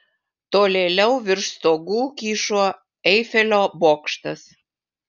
tolėliau virš stogų kyšo eifelio bokštas